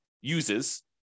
uses